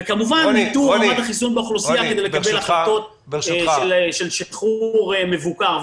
וכמובן ניטור רמת החיסון באוכלוסייה כדי לקבל החלטות על שחרור מבוקר.